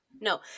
no